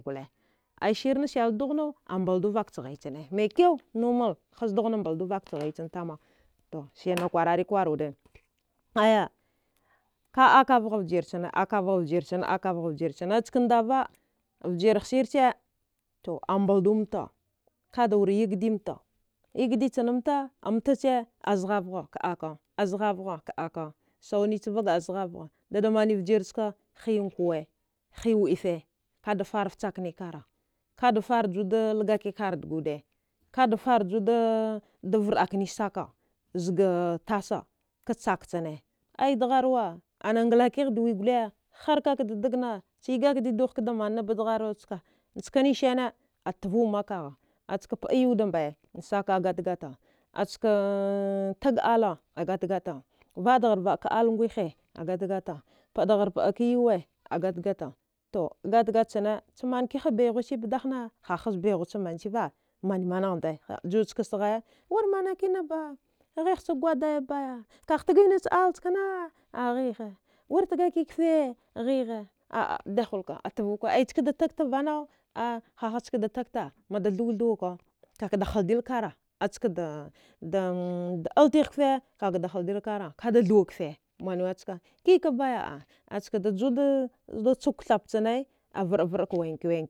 Gwle ai shir na sawele dogh nau a mbl du vakch ghay chne, mekeu, nomal haz doghna mbl du vak che ghay chne tamau, to shir na kwarari kwor wde, ai ka aka vgha, vjir chine, akav gha, vjir chine, akav ghe vhir chine, a chka ndava vjr hashir che a mbldu inta ka da wra yigedi mta, yidige chu a za ghav gha, a zeghava ka aka, sau ne ch vege azaghav gha ka aka da mani vjir chka vege an kwe, hiya windife k'a da farra ficha kini, karr, ka farr juwa de lageki karra dega wde, ka da fara varɗakini saka, zge tasa ke chaka chne, ai dagharwa ahna ngla kigh da we gule har kaka de degna cha yigaki dwagh k'da man na ba degharwa ska chikene shene atvaw maka alique aska paɗau yeɗa mbe mska a gattagatta a ska tege alle a gatta gatta va daghar va ka va de gher all ngvha a gatta-gatyta, pa'adaghar yuwi a gatta-gatta to, gatta-gatta chine cha man kiha bay ghuwi chi ba wdahaha ha has bay ghwa, cha manahira ha hasbey ghwa. Cha manahira mani man gha nɗai ha ju ske saghaya wurt mana ki na ba? Ghigh cha gwadaya baya, kaghe tege nach all nch king ghighe, wir tegeki kede ghi ghe, aa da hull ka a tevau ka, aska da lege vanau, a ha'a ha ska da tag ta mada thwa thwa ka, ka ka da haldi i karra, aska baltighe kefe ka ka de, de haldil karra, ka'a da thjwe kefe, manue ska, ki ke baya a ha? Aska da ju chna kuthap ch kete, a varɗa, varɗa ka wenke, wenke.